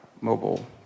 mobile